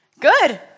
Good